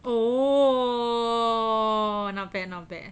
oo not bad not bad